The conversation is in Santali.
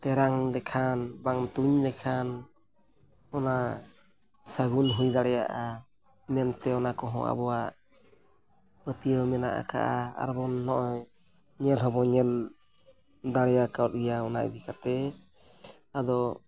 ᱛᱮᱨᱟᱝ ᱞᱮᱠᱷᱟᱱ ᱵᱟᱝ ᱛᱩᱧ ᱞᱮᱠᱷᱟᱱ ᱚᱱᱟ ᱥᱟᱹᱜᱩᱱ ᱦᱩᱭ ᱫᱟᱲᱮᱭᱟᱜᱼᱟ ᱢᱮᱱᱛᱮ ᱚᱱᱟ ᱠᱚᱦᱚᱸ ᱟᱵᱚᱣᱟᱜ ᱯᱟᱹᱛᱭᱟᱹᱣ ᱢᱮᱱᱟᱜ ᱠᱟᱜᱼᱟ ᱟᱨᱵᱚᱱ ᱱᱚᱜᱼᱚᱸᱭ ᱧᱮᱞ ᱦᱚᱸᱵᱚᱱ ᱧᱮᱞ ᱫᱟᱲᱮᱭᱟᱠᱟᱜ ᱜᱮᱭᱟ ᱚᱱᱟ ᱤᱫᱤ ᱠᱟᱛᱮᱫ ᱟᱫᱚ